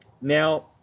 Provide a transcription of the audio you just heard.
Now